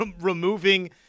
removing